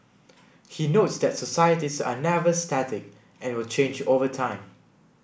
he notes that societies are never static and will change over time